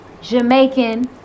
Jamaican